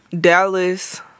dallas